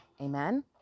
Amen